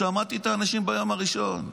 שמעתי את האנשים ביום הראשון,